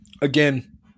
Again